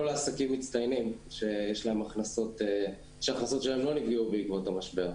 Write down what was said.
לעסקים מצטיינים שהכנסותיהם לא נפגעו בעקבות המשבר.